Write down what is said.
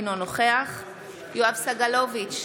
אינו נוכח יואב סגלוביץ'